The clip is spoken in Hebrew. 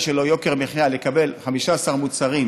שלו היא יוקר מחיה לקבל 15 מוצרים